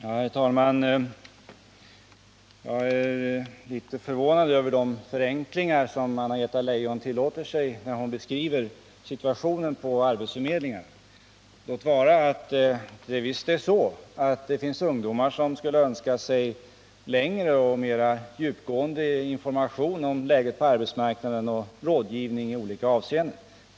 Herr talman! Jag är litet förvånad över de förenklingar Anna-Greta Leijon tillåter sig göra när hon beskriver situationen på arbetsförmedlingen. Låt vara att det finns ungdomar som önskar längre och mer djupgående information om läget på arbetsmarknaden och rådgivning i olika avseenden.